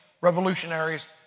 revolutionaries